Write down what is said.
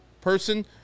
person